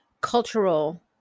cultural